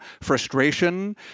frustration